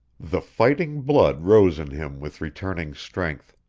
the fighting blood rose in him with returning strength.